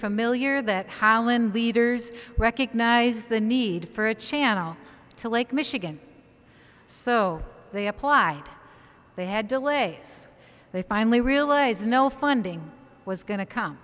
familiar that holland leaders recognize the need for a channel to lake michigan so they applied they had delay they finally realize no funding was going to come